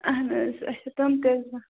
اَہَن حظ اَچھا تِم تِم